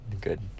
Good